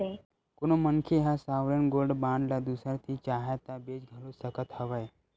कोनो मनखे ह सॉवरेन गोल्ड बांड ल दूसर तीर चाहय ता बेंच घलो सकत हवय